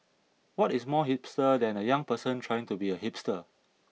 what is more hipster than a young person trying to be a hipster